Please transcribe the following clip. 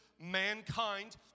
mankind